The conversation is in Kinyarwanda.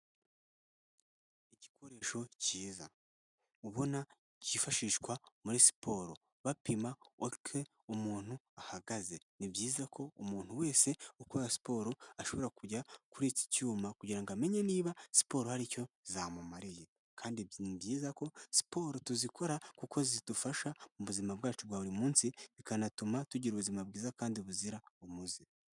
Igikoresho cyiza ubona cyifashishwa muri siporo bapima uko umuntu ahagaze ni byiza ko umuntu wese ukora siporo ashobora kujya kuri iki cyuma kugira ngo amenye niba siporo aricyo zamumariye kandi ni byiza ko siporo tuzikora kuko zidufasha mu buzima bwacu bwa buri munsi bikanatuma tugira ubuzima bwiza kandi buzira umuze.